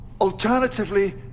Alternatively